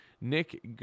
nick